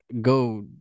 go